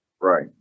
Right